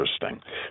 interesting